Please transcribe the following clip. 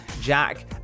Jack